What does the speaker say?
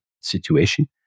situation